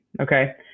Okay